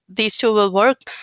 these two will work.